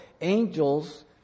angels